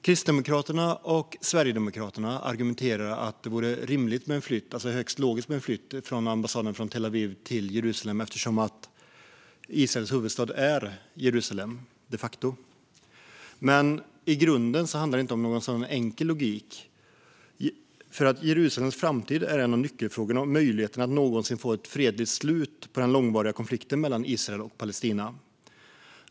Kristdemokraterna och Sverigedemokraterna argumenterar att det vore rimligt och högst logiskt med en flytt av ambassaden från Tel Aviv till Jerusalem eftersom Israels huvudstad de facto är Jerusalem. Men i grunden handlar det inte om någon enkel logik. Jerusalems framtid är en av nyckelfrågorna för möjligheterna att någonsin få ett fredligt slut på den långvariga konflikten mellan Israel och Palestina.